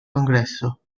congresso